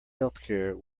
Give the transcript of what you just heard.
healthcare